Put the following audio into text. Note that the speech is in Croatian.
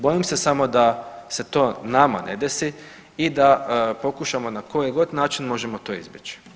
Bojim se samo da se to nama ne desi i da pokušamo na koji god način možemo to izbjeći.